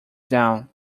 down